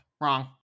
Wrong